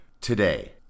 today